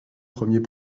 premiers